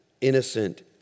innocent